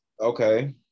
Okay